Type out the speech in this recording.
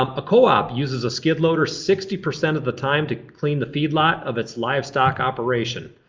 um a co-op uses a skid loader sixty percent of the time to clean the feed lot of it's livestock operation.